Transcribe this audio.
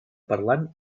parlant